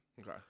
Okay